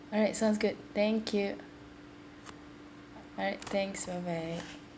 alright sounds good thank you alright thanks bey bye